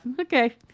okay